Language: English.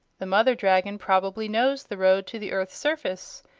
the mother dragon probably knows the road to the earth's surface,